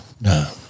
No